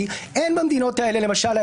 כדי שאני לא אדבר בעלמא,